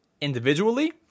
individually